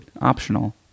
optional